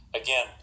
Again